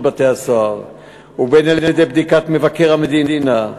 בתי-הסוהר ובין על-ידי בדיקת מבקר המדינה,